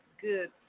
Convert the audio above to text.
good